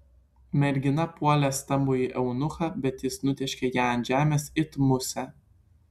mergina puolė stambųjį eunuchą bet jis nutėškė ją ant žemės it musę